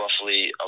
roughly